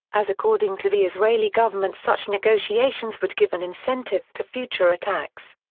as according to the israeli government such negotiations would give an incentive to future attacks.